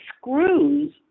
screws